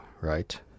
right